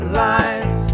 lies